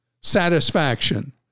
satisfaction